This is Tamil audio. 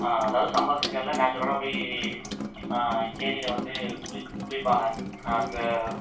அதாவது சம்மர் சீசனில் நேச்சுரலாகப் போய் கேணியில் வந்து குளி குளிப்பாங்க அப்போ